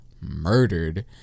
murdered